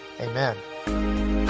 Amen